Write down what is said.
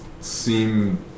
seem